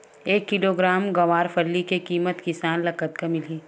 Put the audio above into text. एक किलोग्राम गवारफली के किमत किसान ल कतका मिलही?